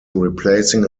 replacing